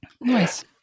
Nice